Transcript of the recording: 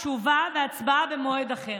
תשובה והצבעה במועד אחר,